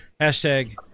Hashtag